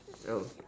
oh